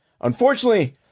unfortunately